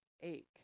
ache